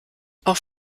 auf